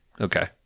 Okay